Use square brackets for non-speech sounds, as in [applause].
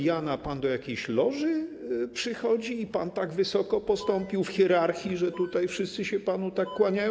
Jana pan do jakiejś loży przychodzi i tak wysoko pan postąpił w hierarchii, że [noise] tutaj wszyscy się panu tak kłaniają?